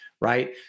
right